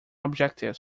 objectives